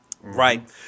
right